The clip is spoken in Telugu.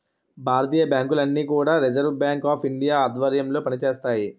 భారతీయ బ్యాంకులన్నీ కూడా రిజర్వ్ బ్యాంక్ ఆఫ్ ఇండియా ఆధ్వర్యంలో పనిచేస్తాయి